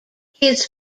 his